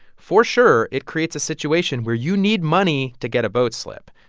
for sure, it creates a situation where you need money to get a boat slip.